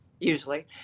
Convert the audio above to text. usually